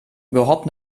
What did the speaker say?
überhaupt